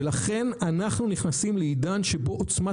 ולכן אנחנו נכנסים לעידן שבו עוצמה